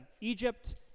Egypt